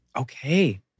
Okay